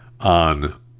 on